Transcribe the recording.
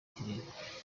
kirere